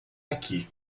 aqui